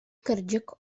кырдьык